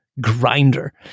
grinder